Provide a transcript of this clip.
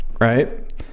Right